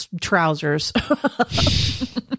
trousers